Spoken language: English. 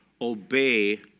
obey